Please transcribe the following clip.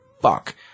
fuck